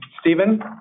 Stephen